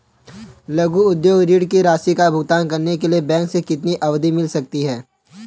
लघु उद्योग ऋण की राशि का भुगतान करने के लिए बैंक से कितनी अवधि मिल सकती है?